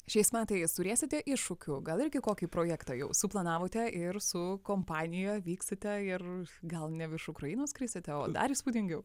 šiais metais turėsite iššūkių gal irgi kokį projektą jau suplanavote ir su kompanija vykstate ir gal ne virš ukrainos skrisite o dar įspūdingiau